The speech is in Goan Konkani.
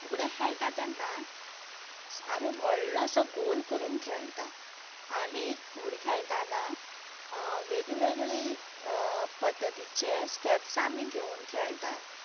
फुगड्यो खेळटा तेन्ना आमी व्हडलोसो गोल करून खेळटा आनीक फुगडी खेळटाना वेगवेगळी पद्धतीचे स्टेप्स आमी घेवून खेळटा